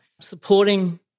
supporting